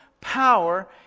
...power